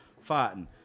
fighting